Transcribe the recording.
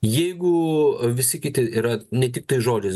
jeigu visi kiti yra ne tiktai žodžiais